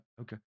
okay